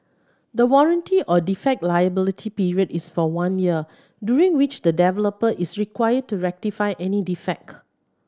the warranty or defect liability period is for one year during which the developer is required to rectify any defect